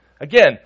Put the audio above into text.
Again